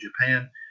Japan